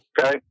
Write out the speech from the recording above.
Okay